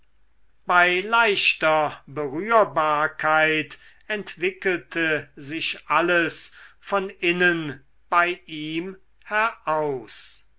bei leichter berührbarkeit entwickelte sich alles von innen bei ihm heraus